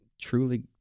truly